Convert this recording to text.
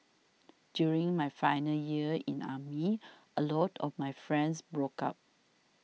during my final year in army a lot of my friends broke up